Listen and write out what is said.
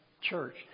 church